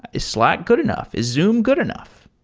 is slack good enough? is zoom good enough?